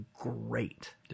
great